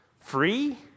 Free